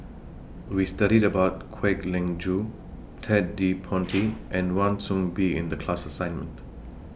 We studied about Kwek Leng Joo Ted De Ponti and Wan Soon Bee in The class assignment